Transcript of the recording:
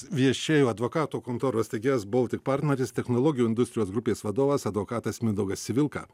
viešėjo advokatų kontoros steigėjas baltic partneris technologijų industrijos grupės vadovas advokatas mindaugas civilka